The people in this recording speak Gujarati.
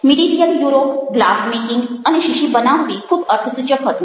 મીડીવિયલ યુરોપ ગ્લાસ મેકિંગ અને શીશી બનાવવી ખૂબ અર્થસૂચક હતું